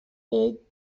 aged